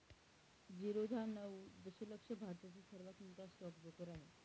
झिरोधा नऊ दशलक्ष भारतातील सर्वात मोठा स्टॉक ब्रोकर आहे